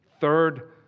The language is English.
third